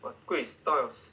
what 贵 styles